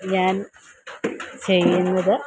ഞാൻ ചെയ്യുന്നത്